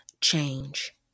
change